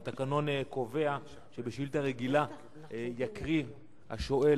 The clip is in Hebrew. והתקנון קובע שבשאילתא רגילה יקריא השואל